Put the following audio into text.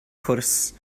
cwrs